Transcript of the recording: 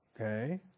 Okay